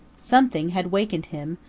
something had wakened him,